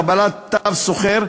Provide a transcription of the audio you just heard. קבלת תו סוחר,